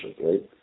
right